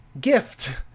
gift